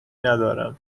ندارم